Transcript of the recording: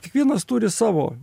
kiekvienas turi savo